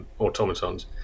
automatons